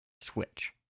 Switch